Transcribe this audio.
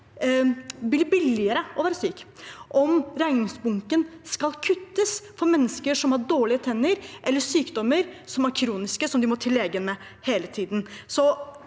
bli billigere å være syk, og om regningsbunken skal kuttes for mennesker som har dårlige tenner eller kroniske syk dommer som de må til lege med hele tiden.